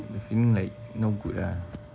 the feeling like no good ah